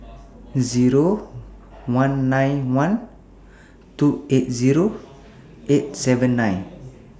Zero one nine one two eight Zero eight seven nine